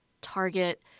target